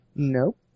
Nope